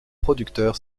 producteur